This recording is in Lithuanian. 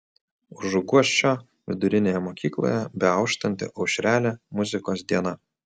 užuguosčio vidurinėje mokykloje beauštanti aušrelė muzikos diena